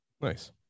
Nice